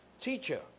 Teacher